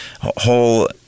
whole